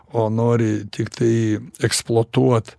o nori tiktai eksploatuot